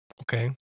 Okay